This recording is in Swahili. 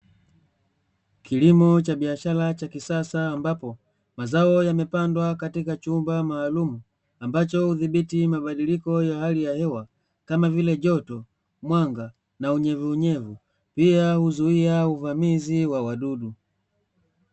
Kilimo cha kibiashara cha kisasa ambapo mazao yamepandwa katika chumba maalum, ambacho hudhibiti mabadiliko ya hali ya hewa kama vile joto, mwanga na unyevuunyevu pia huzuia uvamizi wa wadudu.